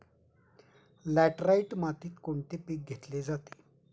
Laterite मातीत कोणते पीक घेतले जाते?